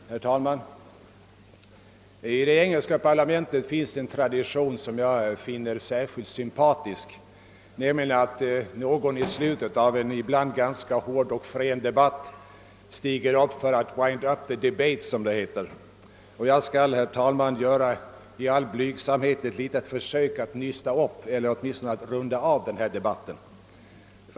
Herr talman! I det engelska parlamentet finns en tradition som jag finner sympatisk, nämligen att någon i slutet av debatten som varit hård och frän stiger upp för att »wind up the debate», som det heter. Jag skall, herr talman, i all blygsamhet göra ett för sök att »nysta upp» eller åtminstone runda av denna debatt.